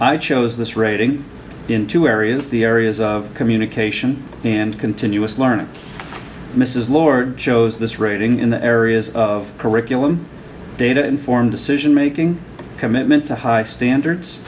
i chose this writing in two areas the areas of communication and continuous learning mrs lord shows this writing in the areas of curriculum data informed decision making commitment to high standards